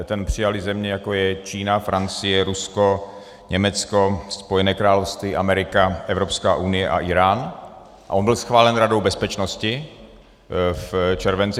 Ten přijaly země, jako je Čína, Francie, Rusko, Německo, Spojené království, Amerika, Evropská unie a Írán, a on byl schválen Radou bezpečnosti v červenci 2015.